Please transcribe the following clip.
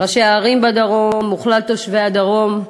ראשי הערים בדרום וכלל תושבי הדרום,